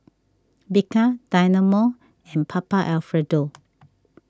Bika Dynamo and Papa Alfredo